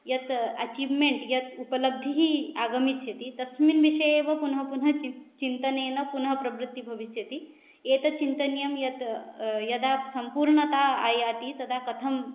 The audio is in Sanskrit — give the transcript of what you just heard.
यत् अचिव्मेण्ट् यत् उपलब्धिः आगमिष्यति तस्मिन् विषये एव पुनः पुनः चिन्तनेन पुनः प्रवृतिः भविष्यति एतत् चिन्तनीयं यत् यदा सम्पूर्णता आयाति तदा कथं